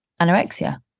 anorexia